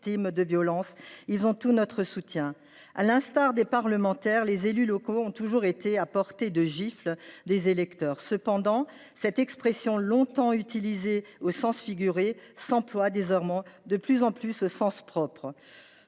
de violences. Ils ont tout notre soutien. À l’instar des parlementaires, les élus locaux ont toujours été « à portée de gifle » des électeurs. Cependant, si cette expression a longtemps été utilisée au sens figuré, elle s’emploie désormais de plus en plus au sens propre.